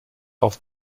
auf